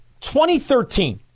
2013